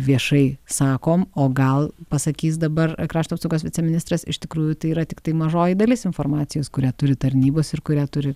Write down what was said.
viešai sakom o gal pasakys dabar krašto apsaugos viceministras iš tikrųjų tai yra tiktai mažoji dalis informacijos kurią turi tarnybos ir kurią turi